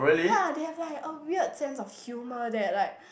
ya they have like a weird sense of humor that like